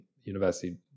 university